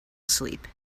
asleep